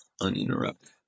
uninterrupted